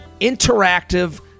interactive